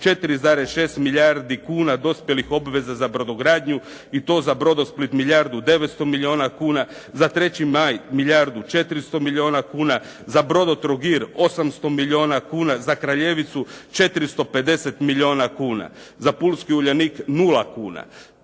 4,6 milijardi kuna dospjelih obveza za brodogradnju i to za Brodosplit, milijardu 900 milijuna kuna, za Treći maj milijardu 400 milijuna kuna, za Brodotrogir 800 milijuna kuna, za Kraljevicu 450 milijuna kuna, za pulski Uljanik 0 kuna.